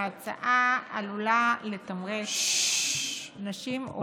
ההצעה עלולה לתמרץ נשים עובדות,